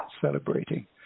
celebrating